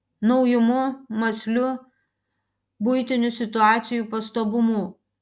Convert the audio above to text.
naujumu mąsliu buitinių situacijų pastabumu